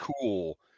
cool